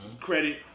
credit